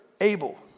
Abel